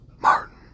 Martin